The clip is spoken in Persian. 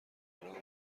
روابط